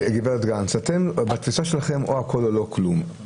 הגב' גנס, בתפיסה שלכם הכול או לא כלום.